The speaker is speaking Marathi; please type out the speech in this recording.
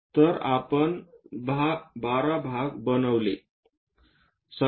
तर आपण 12 भाग बनवले